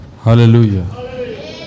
Hallelujah